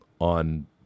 on